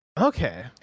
Okay